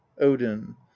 odin